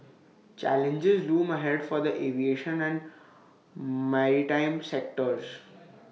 challenges loom ahead for the aviation and maritime sectors